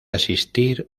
asistir